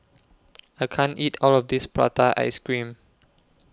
I can't eat All of This Prata Ice Cream